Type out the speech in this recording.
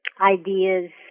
ideas